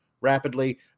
rapidly